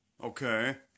Okay